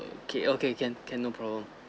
okay okay can can no problem